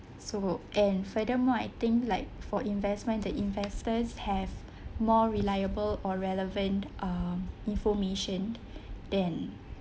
so and furthermore I think like for investment that the investors have more reliable or relevant um information than